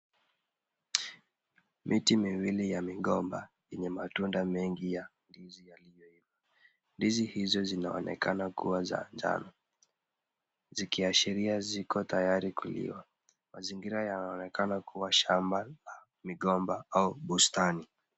Miti mwili ya migomba yenye matunda mengi. Ndizi hizo zinaonekana kuwa za njano. Zikiashiria ziko tayari kuliwa. Mazingira yanaonekana kuwa shamba, migomba, au bustani.